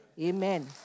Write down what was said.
Amen